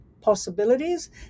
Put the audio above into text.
possibilities